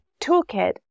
toolkit